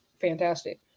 fantastic